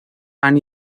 han